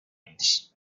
lines